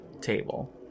table